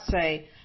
say